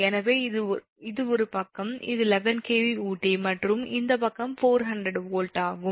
எனவே இது ஒரு பக்கம் இது 11 𝑘𝑉 ஊட்டி மற்றும் இந்த பக்கம் 400 வோல்ட் ஆகும்